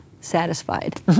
satisfied